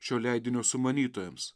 šio leidinio sumanytojams